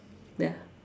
ya